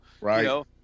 right